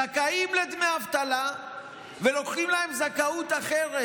הם זכאים לדמי אבטלה ולוקחים להם זכאות אחרת,